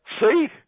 See